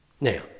Now